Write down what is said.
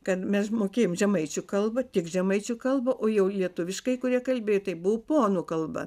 kad mes mokėjom žemaičių kalbą tik žemaičių kalbą o jau lietuviškai kurie kalbėjo tai buvo ponų kalba